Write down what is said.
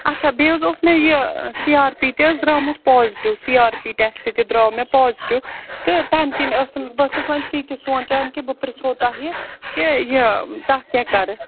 اَچھا بیٚیہِ حظ اوس مےٚ یہِ سی آر پی تہِ حظ درٛامُت پازٹِو سی آر پی ٹٮ۪سٹہٕ تہِ درٛاو مےٚ پازٹِو تہٕ تَمہِ کِنۍ ٲسٕس بہٕ ٲسٕس وۅنۍ تِتہِ سونٛچان کہِ بہٕ پرٕٛژھو تۄہہِ کہِ یہِ تتھ کیٛاہ کَرٕ